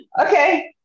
Okay